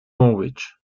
norwich